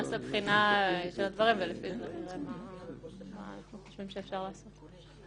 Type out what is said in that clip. נעשה בחינה של הדברים ולפי זה נראה מה אנחנו חושבים שאפשר לעשות.